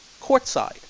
Courtside